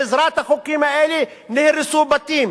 בעזרת החוקים האלה נהרסו בתים.